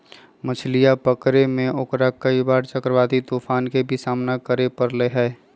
मछलीया पकड़े में ओकरा कई बार चक्रवाती तूफान के भी सामना करे पड़ले है